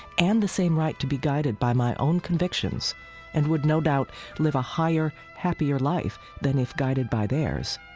and the same right to be guided by my own convictions and would no doubt live a higher, happier life than if guided by theirs,